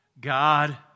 God